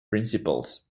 principles